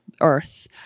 earth